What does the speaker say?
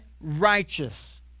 righteous